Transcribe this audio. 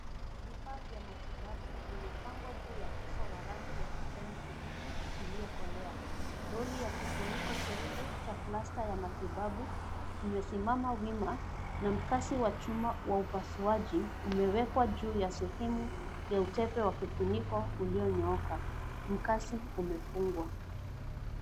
Vifaa vya matibabu vimepangwa juu ya uso wa rangi ya kijani kibichi iliyokolea. Roli ya kifuniko cheupe cha plasta ya matibabu imesimama wima, na mkasi wa chuma wa upasuaji umewekwa juu ya sehemu ya utepe wa kifuniko ulionyooka. Mkasi umefungwa.